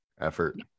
effort